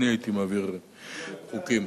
בבקשה, אדוני,